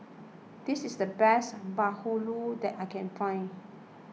this is the best Bahulu that I can find